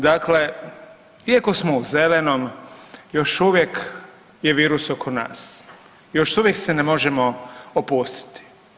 Dakle, iako smo u zelenom još uvijek je virus oko nas, još uvijek se ne možemo opustiti.